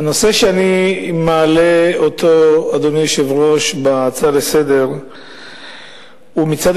הנושא שאני מעלה בהצעה לסדר-היום קשור מצד